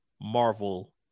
Marvel